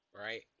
right